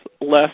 less